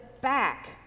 back